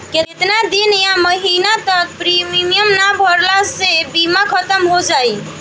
केतना दिन या महीना तक प्रीमियम ना भरला से बीमा ख़तम हो जायी?